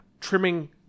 trimming